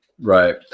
Right